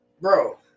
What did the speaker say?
bro